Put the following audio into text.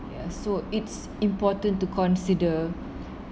ya so it's important to consider